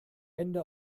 ende